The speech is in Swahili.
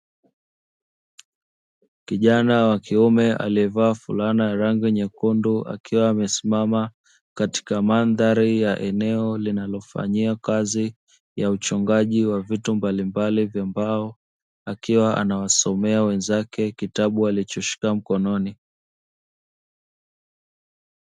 Kijana wa kiume aliyevaa fulana ya rangi nyekundu, akiwa amesimama katika mandhari ya eneo linalofanyia kazi ya uchongaji wa vitu mbalimbali vya mbao, akiwa anawasomea wenzake kitabu alichoshika mkononi.